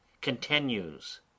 continues